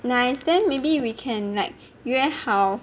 nice then maybe we can like 约好